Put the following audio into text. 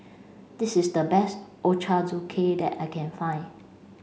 this is the best Ochazuke that I can find